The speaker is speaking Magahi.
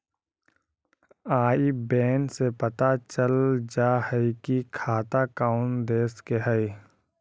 आई बैन से पता चल जा हई कि खाता कउन देश के हई